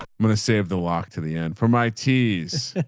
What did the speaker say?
i'm going to save the walk to the end for my teas.